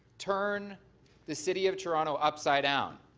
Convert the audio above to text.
turn the city of toronto upside down,